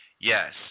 Yes